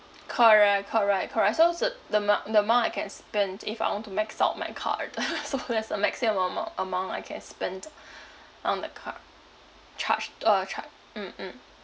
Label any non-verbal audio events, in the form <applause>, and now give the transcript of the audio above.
correct correct correct so what's the the mu~ the amount I can spend if I want to max out my card <laughs> so that's the maximum amou~ amount I can spend on the card charged uh char~ mm mm